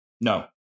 No